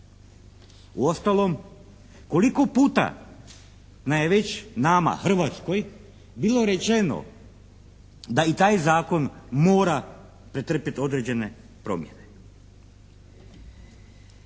Uostalom koliko puta nam je već, nama, Hrvatskoj bilo rečeno da i taj zakon mora pretrpiti određene promjene.